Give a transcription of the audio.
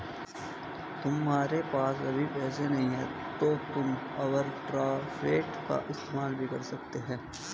तुम्हारे पास अभी पैसे नहीं है तो तुम ओवरड्राफ्ट का इस्तेमाल भी कर सकते हो